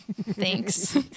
thanks